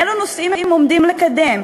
אילו נושאים הם עומדים לקדם,